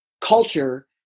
culture